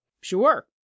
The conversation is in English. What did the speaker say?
Sure